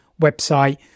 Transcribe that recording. website